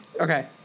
Okay